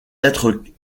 êtres